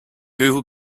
google